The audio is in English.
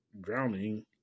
drowning